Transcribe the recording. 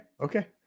okay